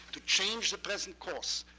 to change the present course,